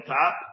top